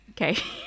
Okay